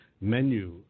menu